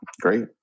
Great